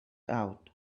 out